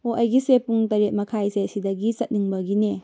ꯑꯣ ꯑꯩꯒꯤꯁꯦ ꯄꯨꯡ ꯇꯔꯦꯠ ꯃꯈꯥꯏꯁꯦ ꯑꯁꯤꯗꯒꯤ ꯆꯠꯅꯤꯡꯕꯒꯤꯅꯦ